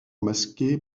masquée